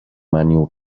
manual